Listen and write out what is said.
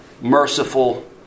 merciful